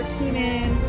TuneIn